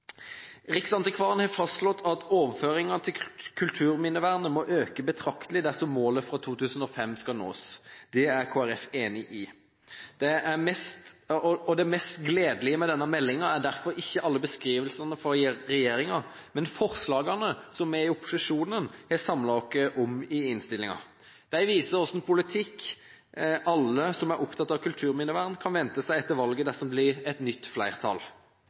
Riksantikvaren har fastslått at overføringene til kulturminnevernet må øke betraktelig dersom målet fra 2005 skal nås. Det er Kristelig Folkeparti enig i. Det mest gledelige med denne meldingen er derfor ikke alle beskrivelsene fra regjeringen, men forslagene som vi i opposisjonen har samlet oss om i innstillingen. De viser hvilken politikk alle som er opptatt av kulturminnevern, kan vente seg etter valget hvis det blir et nytt flertall.